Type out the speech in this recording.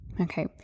Okay